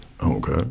Okay